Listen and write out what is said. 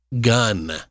gun